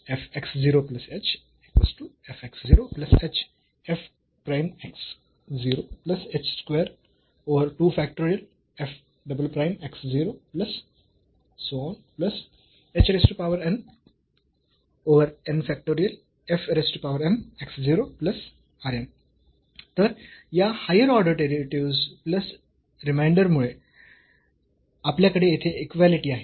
तर या higher order derivatives plus remainder मुळे आपल्याकडे येथे इक्वालिटी आहे